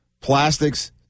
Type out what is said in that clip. plastics